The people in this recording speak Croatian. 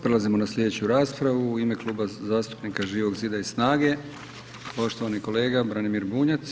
Prelazimo na sljedeću raspravu, u ime Kluba zastupnika Živog zida i SNAG-e, poštovani kolega Branimir Bunjac.